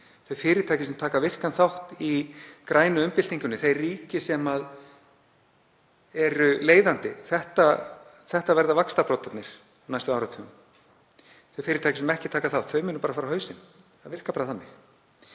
Þau fyrirtæki sem taka virkan þátt í grænni umbyltingu, þau ríki sem eru leiðandi, verða vaxtarbroddarnir á næstu áratugum. Þau fyrirtæki sem ekki taka þátt munu fara á hausinn. Það virkar bara þannig.